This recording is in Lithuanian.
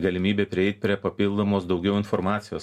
galimybė prieit prie papildomos daugiau informacijos